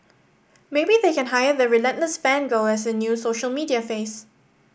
maybe they can hire the relentless fan girl as their new social media face